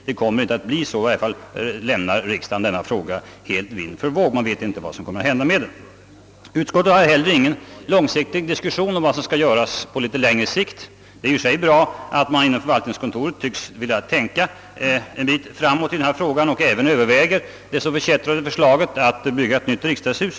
Därmed lämnar riksdagen den na fråga helt öppen. Man vet inte vad som kommer att hända. Utskottet har heller ingen plan för vad som skall göras på längre sikt. Det är i och för sig bra att man inom förvaltningskontoret tycks vilja tänka en bit framåt i denna fråga och även överväger det så förkättrade förslaget att bygga ett nytt riksdagshus.